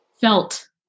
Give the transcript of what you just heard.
felt